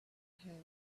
heard